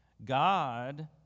God